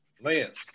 Lance